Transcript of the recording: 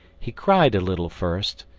he cried a little first,